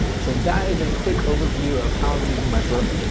so that is a quick overview of how i'm using my burt.